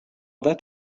that